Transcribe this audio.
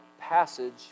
passage